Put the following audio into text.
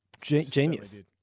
Genius